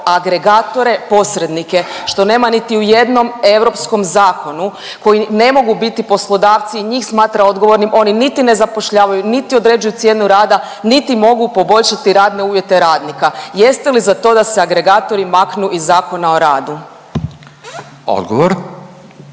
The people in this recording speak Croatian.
agregatore posrednike što nema niti u jednom europskom zakonu koji ne mogu biti poslodavci i njih smatra odgovornim. Oni niti ne zapošljavaju niti određuju cijenu rada, niti mogu poboljšati radne uvjete radnike. Jeste li za to da se agregatori maknu iz Zakona o radu? **Radin,